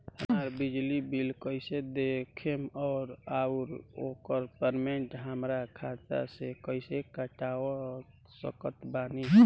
हमार बिजली बिल कईसे देखेमऔर आउर ओकर पेमेंट हमरा खाता से कईसे कटवा सकत बानी?